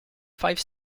five